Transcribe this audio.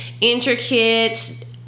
intricate